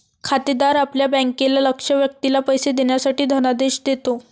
खातेदार आपल्या बँकेला लक्ष्य व्यक्तीला पैसे देण्यासाठी धनादेश देतो